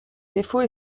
défauts